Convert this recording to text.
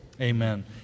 Amen